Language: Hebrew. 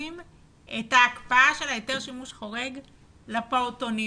את הקפאת היתר שימוש חורג לפעוטונים.